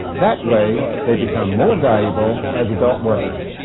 that way they become more valuable as adult workers.